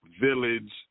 village